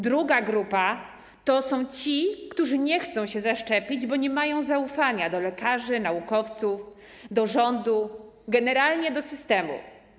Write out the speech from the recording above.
Druga grupa to ci, którzy nie chcą się zaszczepić, bo nie mają zaufania do lekarzy, naukowców, do rządu, generalnie do systemu.